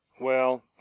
Well